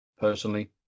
personally